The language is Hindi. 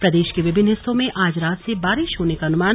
और प्रदेश के विभिन्न हिस्सों में आज रात से बारिश होने का अनुमान